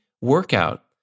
workout